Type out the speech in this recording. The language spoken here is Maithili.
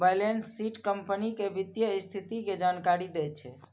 बैलेंस शीट कंपनी के वित्तीय स्थिति के जानकारी दै छै